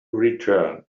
return